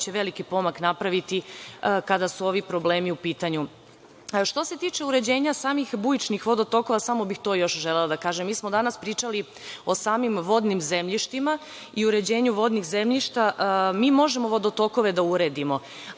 će veliki pomak napraviti kada su ovi problemi u pitanju. Što se tiče uređenja samih bujičnih vodotokova, samo bih još to želela da kažem, mi smo danas pričali o samim vodnim zemljištima i uređenje vodnih zemljišta. Mi možemo vodotokove da uredimo,